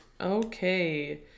okay